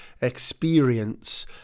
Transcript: experience